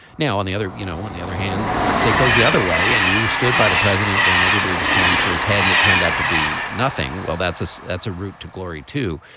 now on the other you know on the other hand let's say goes the other way and you stood by the president when everybody was calling for his head and it turned out to be nothing. well that's that's a route to glory too.